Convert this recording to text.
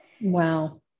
Wow